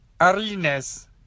arenas